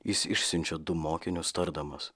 jis išsiunčia du mokinius tardamas